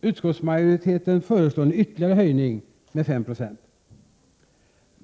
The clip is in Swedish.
Utskottsmajoriteten föreslår en höjning med ytterligare 5 I.